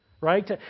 right